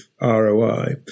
ROI